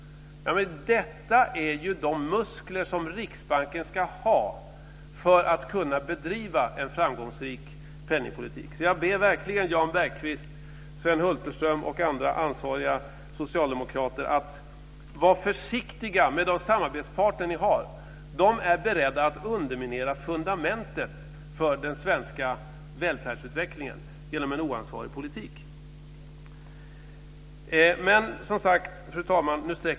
Detta är ju de muskler som Riksbanken ska ha för att kunna bedriva en framgångsrik penningpolitik. Jag ber verkligen Jan Bergqvist, Sven Hulterström och andra ansvariga socialdemokrater att vara försiktiga med de samarbetspartner man har. De är beredda att underminera fundamentet för den svenska välfärdsutvecklingen genom en oansvarig politik. Fru talman!